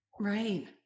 right